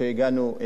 שהגענו,